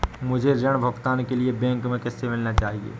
मुझे ऋण भुगतान के लिए बैंक में किससे मिलना चाहिए?